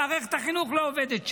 מערכת החינוך לא עובדת שם,